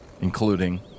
including